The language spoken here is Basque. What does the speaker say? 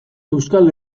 euskal